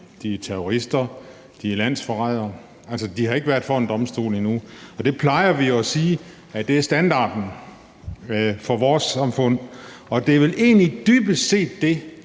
terrorister, landsforrædere. Altså, de har ikke været stillet for en domstol endnu, og det plejer vi jo at sige er standarden for vores samfund. Og det er vel egentlig dybest set det,